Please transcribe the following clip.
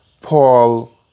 Paul